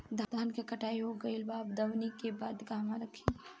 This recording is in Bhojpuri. धान के कटाई हो गइल बा अब दवनि के बाद कहवा रखी?